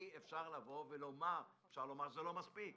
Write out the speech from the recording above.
אפשר לומר שזה לא מספיק,